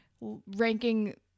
ranking